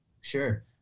Sure